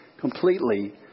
completely